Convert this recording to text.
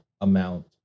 amount